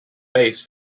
base